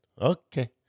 Okay